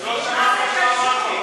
לא שמעת מה שאמרתי.